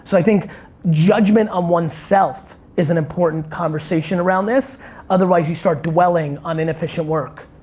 so i think judgment on one self is an important conversation around this otherwise you start dwelling on inefficient work.